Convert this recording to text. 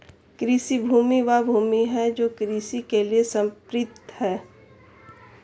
कृषि भूमि वह भूमि है जो कृषि के लिए समर्पित है